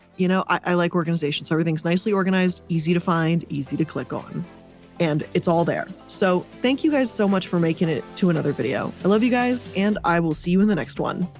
you know, i like organization, so everything's nicely organized, easy to find, easy to click on and it's all there. so thank you guys so much for making it to another video. i love you guys and i will see you in the next one,